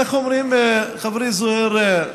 איך אומרים, חברי זוהיר,